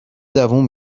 دووم